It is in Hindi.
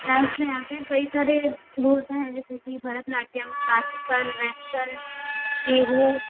क्लास में आते हैं कई सारे वे होते हैं जैसे कि भरतनाट्यम क्लासिकल वेस्टर्न बीहू